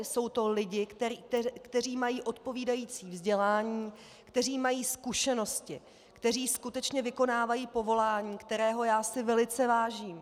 Jsou to lidé, kteří mají odpovídající vzdělání, kteří mají zkušenosti, kteří skutečně vykonávají povolání, kterého já si velice vážím.